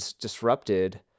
disrupted